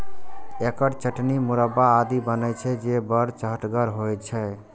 एकर चटनी, मुरब्बा आदि बनै छै, जे बड़ चहटगर होइ छै